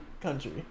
country